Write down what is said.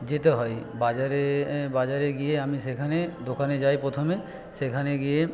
যেতে হয় বাজারে বাজারে গিয়ে আমি সেখানে দোকানে যাই প্রথমে সেখানে গিয়ে